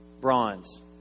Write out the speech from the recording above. bronze